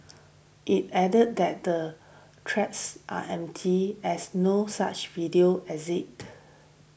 it added that the threats are empty as no such video exit